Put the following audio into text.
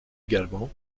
également